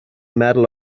medal